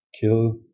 kill